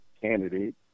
candidate